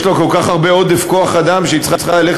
יש לה כל כך הרבה עודף כוח-אדם שהיא צריכה ללכת